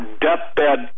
deathbed